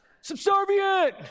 Subservient